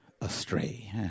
astray